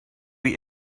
you